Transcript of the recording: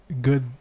Good